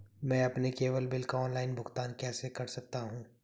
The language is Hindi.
मैं अपने केबल बिल का ऑनलाइन भुगतान कैसे कर सकता हूं?